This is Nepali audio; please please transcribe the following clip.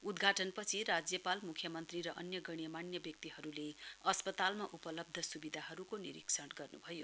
उद्घाटनपछि राज्यपाल म्ख्यमन्त्री र अन्य गन्यमानय व्यक्तिहरूले अस्पतालमा उपलब्ध स्विधाहरूको निरीक्षण गर्न् भयो